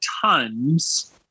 tons